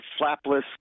flapless